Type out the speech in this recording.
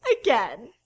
Again